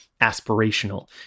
aspirational